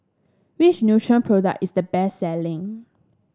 which Nutren product is the best selling